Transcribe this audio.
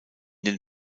den